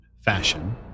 fashion